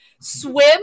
swim